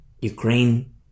Ukraine